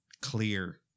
clear